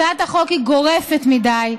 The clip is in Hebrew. הצעת החוק היא גורפת מדי.